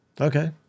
Okay